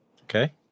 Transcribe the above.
Okay